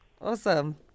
awesome